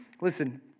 Listen